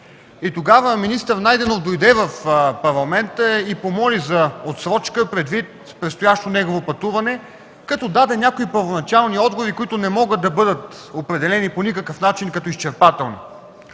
Тогава министър Найденов дойде в Парламента и помоли за отсрочка предвид предстоящо негово пътуване, като даде някои първоначални отговори, които не могат да бъдат определени по никакъв начин като изчерпателни.